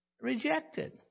rejected